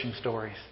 stories